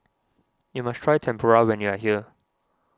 you must try Tempura when you are here